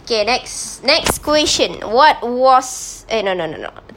okay next next question what was eh no no no no